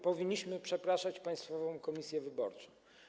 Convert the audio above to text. Powinniśmy przepraszać Państwową Komisję Wyborczą.